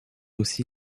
aussi